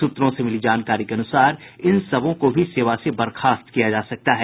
सूत्रों से मिली जानकारी के अनुसार इन सबों को भी सेवा से बर्खास्त किया जा सकता है